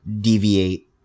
deviate